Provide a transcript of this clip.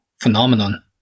phenomenon